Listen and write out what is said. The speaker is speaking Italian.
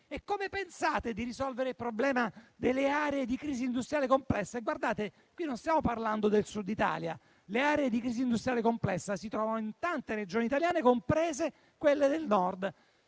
E come pensate di risolvere il problema delle aree di crisi industriale complessa? Guardate che qui non stiamo parlando del Sud Italia. Le aree di crisi industriale complessa si trovano in tante Regioni italiane, comprese quelle del Nord,